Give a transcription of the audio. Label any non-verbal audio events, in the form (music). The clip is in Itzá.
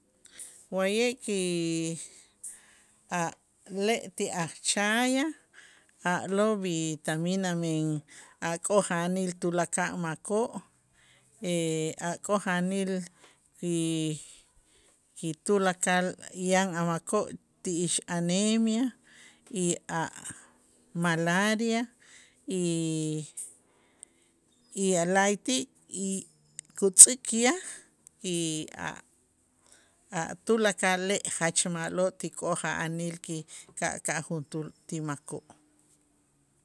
Wa'ye' ki a' le' ti a' chaya a'lo' vitamina men a' k'oja'anil tulakal makoo' (hesitation) a' k'oja'anil y ki tulakal yan a' makoo' ti ix anemia, y a' malaria y- y la'ayti' y kutz'ik yaj y a' a' tulakal le' jach ma'lo' ti k'oja'anil ki ka' ka' juntuul ti makoo'.